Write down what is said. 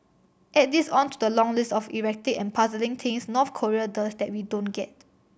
add this on to the long list of erratic and puzzling things North Korea does that we don't get